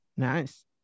Nice